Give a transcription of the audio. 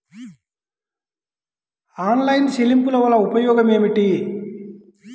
Online చెల్లింపుల వల్ల ఉపయోగమేమిటీ?